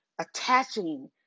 attaching